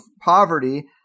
poverty